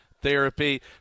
Therapy